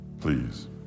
please